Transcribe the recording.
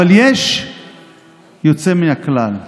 אבל יש יוצא מהכלל,